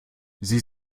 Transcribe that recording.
sie